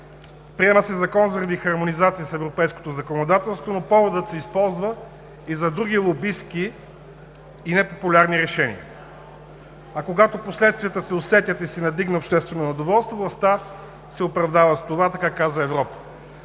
Приема се закон заради хармонизацията с европейското законодателство, но поводът се използва и за други лобистки и непопулярни решения, а когато последствията се усетят и се надигне обществено недоволство, властта се оправдава с това: „Така каза Европа“.